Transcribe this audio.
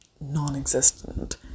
non-existent